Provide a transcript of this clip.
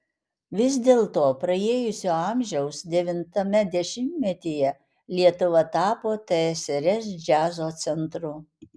vis dėlto praėjusio amžiaus devintame dešimtmetyje lietuva tapo tsrs džiazo centru